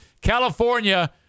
California